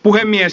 puhemies